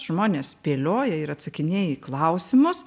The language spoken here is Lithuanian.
žmonės spėlioja ir atsakinėja į klausimus